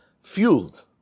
fueled